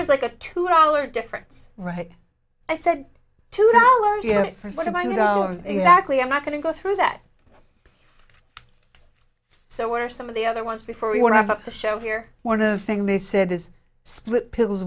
is like a two dollar difference right i said two dollars for what i know is exactly i'm not going to go through that so what are some of the other ones before we want to show here one of the thing they said is split pills